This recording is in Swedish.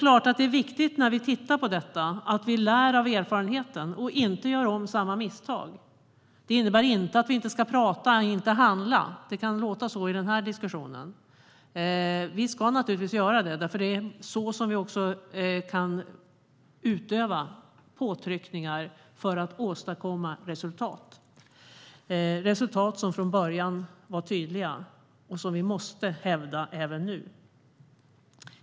Det är viktigt, när vi tittar på detta, att vi lär av erfarenheten och inte gör om samma misstag. Det innebär inte att vi inte ska tala och handla; det kan låta så i diskussionen. Vi ska naturligtvis tala och handla, för det är så vi kan utöva påtryckningar och åstadkomma resultat, resultat som från början var tydliga och som vi måste hävda även nu.